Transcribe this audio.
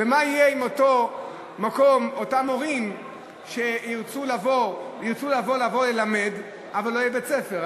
מה יהיה עם אותם מורים שירצו לבוא וללמד אבל לא יהיה בית-ספר?